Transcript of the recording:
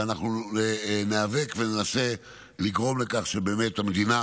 ואנחנו ניאבק וננסה לגרום לכך שבאמת המדינה